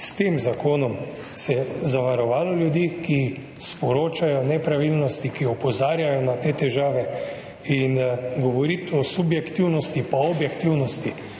s tem zakonom zavarovalo ljudi, ki sporočajo nepravilnosti, ki opozarjajo na te težave. Govoriti o subjektivnosti pa objektivnosti,